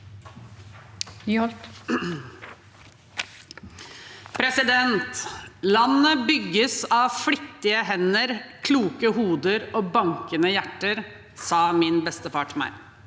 leder): Landet bygges av flittige hender, kloke hoder og bankende hjerter. Det sa min bestefar til meg.